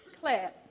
Claire